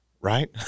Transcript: right